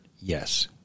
Yes